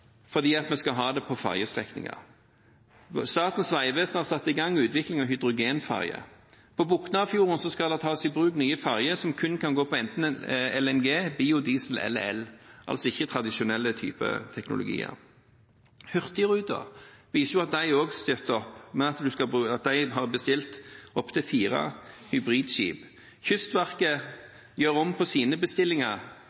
vi skal ha det på fergestrekninger. Statens vegvesen har satt i gang utvikling av hydrogengferger. På Boknafjorden skal det tas i bruk nye ferger som kun kan gå på enten LNG, biodiesel eller el, altså ikke tradisjonelle typer teknologier. Hurtigruten viser at de også støtter opp her – de har bestilt inntil fire hybridskip.